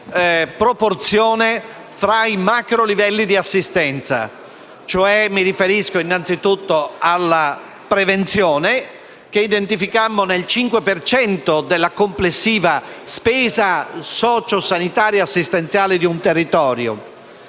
proporzione tra i macrolivelli di assistenza. Mi riferisco innanzitutto alla prevenzione, che identificammo nel 5 per cento della complessiva spesa sociosanitaria assistenziale di un territorio,